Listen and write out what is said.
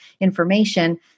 information